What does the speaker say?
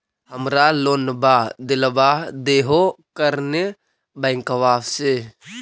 हमरा लोनवा देलवा देहो करने बैंकवा से?